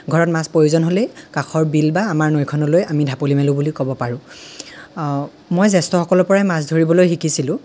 ঘৰত মাছ প্ৰয়োজন হ'লেই কাষৰ বিল বা আমাৰ নৈখনলৈ আমি ঢাপলি মেলোঁ বুলি ক'ব পাৰোঁ মই জেষ্ঠ্যসকলৰ পৰাই মাছ ধৰিবলৈ শিকিছিলোঁ